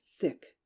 thick